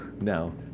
No